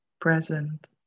Present